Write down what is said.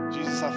Jesus